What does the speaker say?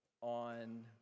on